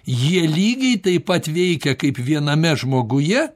jie lygiai taip pat veikia kaip viename žmoguje